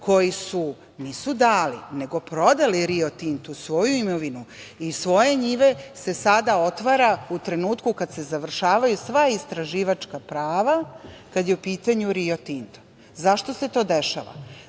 koji nisu dali, nego prodali „Rio Tintu“ svoju imovinu i svoje njive, se sada otvara u trenutku kada se završavaju sva istraživačka prava, kada je u pitanju „Rio Tinto“. Zašto se to dešava? Kako